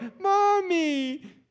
Mommy